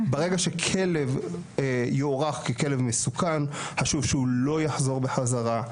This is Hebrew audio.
ברגע שכלב יוערך ככלב מסוכן חשוב שהוא לא יחזור בחזרה,